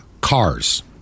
cars